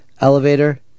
elevator